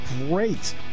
great